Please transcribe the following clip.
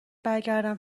برگردم